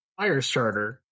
Firestarter